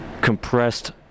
Compressed